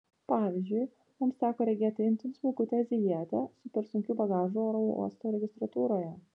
pavyzdžiui mums teko regėti itin smulkutę azijietę su per sunkiu bagažu oro uosto registratūroje